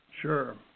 Sure